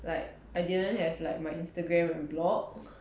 like I didn't have like my instagram and blog